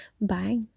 Bye